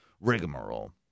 rigmarole